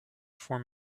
form